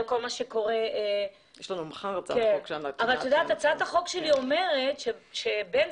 ואני מאוד אשמח שתצטרפי.